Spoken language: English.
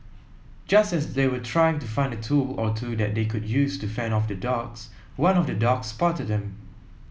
just as they were trying to find a tool or two that they could use to fend off the dogs one of the dogs spotted them